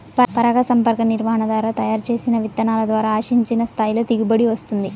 పరాగసంపర్క నిర్వహణ ద్వారా తయారు చేసిన విత్తనాల ద్వారా ఆశించిన స్థాయిలో దిగుబడి వస్తుంది